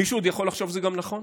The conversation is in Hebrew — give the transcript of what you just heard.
מישהו עוד יכול לחשוב שזה גם נכון,